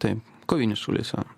taip kovinis šaulys jo